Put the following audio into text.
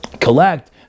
collect